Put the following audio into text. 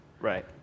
Right